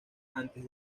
antes